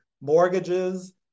mortgages